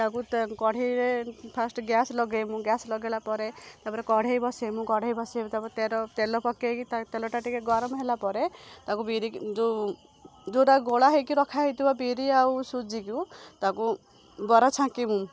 ତାକୁ କଢ଼େଇରେ fast gas ଲଗାଇବୁ ଗ୍ୟାସ୍ ଲଗାଇଲା ପରେ ତା'ପରେ କଢ଼େଇ ବସାଇବୁ କଢ଼େଇ ବସାଇ ତା'ପରେ ତେଲ ପକାଇକି ତେଲଟା ଟିକେ ଗରମ ହେଲା ପରେ ତାକୁ ବିରିକି ଯେଉଁ ଯେଉଁଟା ଗୋଳା ହେଇକି ରଖା ହେଇଥିବ ବିରି ଆଉ ସୁଜିକୁ ତାକୁ ବରା ଛାଙ୍କିବୁ